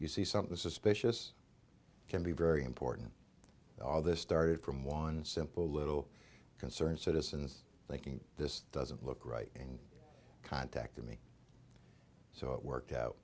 you see something suspicious can be very important all this started from one simple little concerned citizens thinking this doesn't look right and contacted me so it worked out